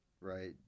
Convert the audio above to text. right